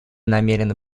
намерены